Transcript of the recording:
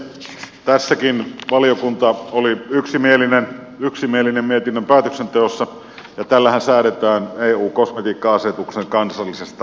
tässäkin valiokunta oli yksimielinen mietinnön päätöksenteossa ja tällähän säädetään eu kosmetiikka asetuksen kansallisesta täytäntöönpanosta